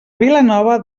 vilanova